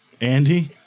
Andy